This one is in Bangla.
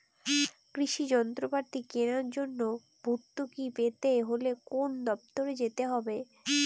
কৃষি যন্ত্রপাতি কেনার জন্য ভর্তুকি পেতে হলে কোন দপ্তরে যেতে হবে?